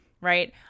right